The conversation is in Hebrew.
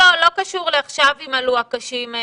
לא קשור לעכשיו אם עלו הקשים.